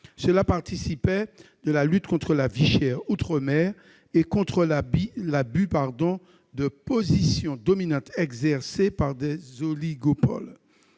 Cela participait de la lutte contre la vie chère outre-mer et contre l'abus de position dominante exercée par des oligopoles.